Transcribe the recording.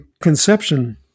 conception